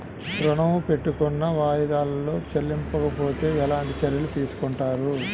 ఋణము పెట్టుకున్న వాయిదాలలో చెల్లించకపోతే ఎలాంటి చర్యలు తీసుకుంటారు?